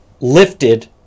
lifted